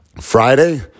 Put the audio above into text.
Friday